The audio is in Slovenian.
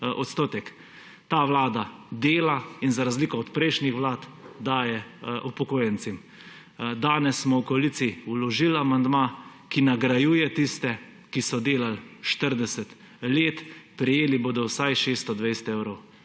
odstotek. Ta vlada dela in za razliko od prejšnjih vlad daje upokojencem. Danes smo v koaliciji vložili amandma, ki nagrajuje tiste, ki so delali 40 let, prejeli bodo vsaj 620 evrov